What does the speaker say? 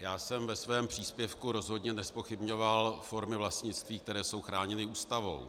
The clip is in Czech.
Já jsem ve svém příspěvku rozhodně nezpochybňoval formy vlastnictví, které jsou chráněny Ústavou.